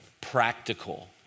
practical